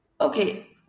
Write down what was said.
Okay